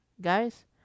Guys